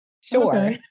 Sure